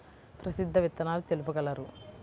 ప్రసిద్ధ విత్తనాలు తెలుపగలరు?